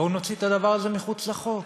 בואו נוציא את הדבר הזה מחוץ לחוק.